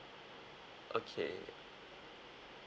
okay